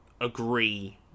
agree